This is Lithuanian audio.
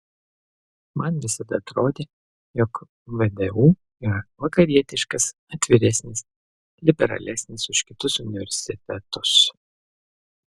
man visada atrodė jog vdu yra vakarietiškas atviresnis liberalesnis už kitus universitetus